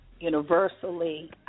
universally